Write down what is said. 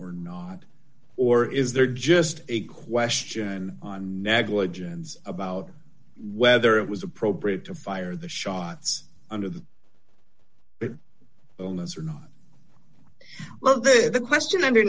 or not or is there just a question on negligence about whether it was appropriate to fire the shots under the owners or not well the question under